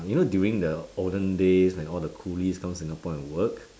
you know during the olden days when all the coolies come singapore and work